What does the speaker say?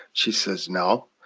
she says, no,